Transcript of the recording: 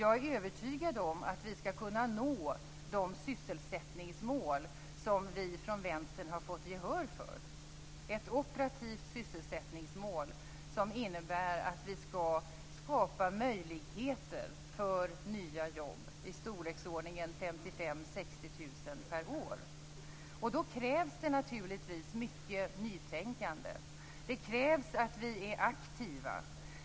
Jag är övertygad om att vi skall kunna nå de sysselsättningsmål som vi från Vänstern har fått gehör för - ett operativt sysselsättningsmål, som innebär att vi skall skapa möjligheter för nya jobb i storleksordningen 55 000 Då krävs det naturligtvis mycket nytänkande. Det krävs att vi är aktiva.